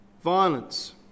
Violence